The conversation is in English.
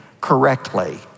correctly